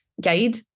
Guide